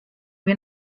wir